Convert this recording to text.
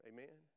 Amen